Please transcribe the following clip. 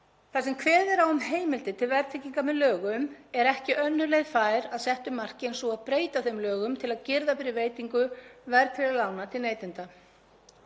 Þar sem kveðið er á um heimildir til verðtryggingar með lögum er ekki önnur leið fær að settu marki en sú að breyta þeim lögum til að girða fyrir veitingu verðtryggðra lána til neytenda.